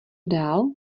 dál